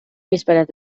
vísperas